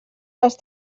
les